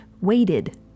weighted